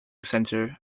center